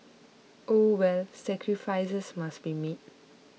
oh well sacrifices must be made